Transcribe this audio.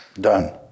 Done